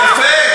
יפה.